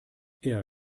eher